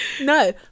No